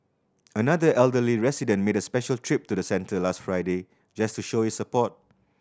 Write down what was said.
another elderly resident made a special trip to the centre last Friday just to show his support